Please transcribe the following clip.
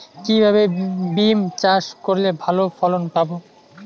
কিভাবে বিম চাষ করলে ভালো ফলন পাব?